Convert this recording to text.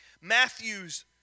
Matthew's